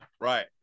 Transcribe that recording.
Right